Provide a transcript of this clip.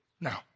Now